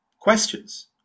questions